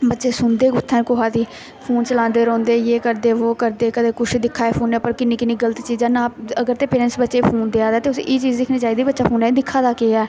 बच्चे सुनदे कु'त्थै न कुसै दी फोन चलांदे रौंह्दे यह् करदे बोह् करदे कदें कुछ दिक्खा दे फोनै पर किन्नी किन्नी गल्त चीजां ना अगर ते पेरैंट्स बच्चे गी फोन देआ दे ते उस्सी एह् चीज दिक्खनी चाह्दी कि बच्चा फोना च दिक्खा दा केह् ऐ